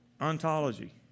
ontology